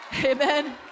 Amen